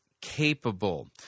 capable